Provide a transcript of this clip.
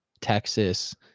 Texas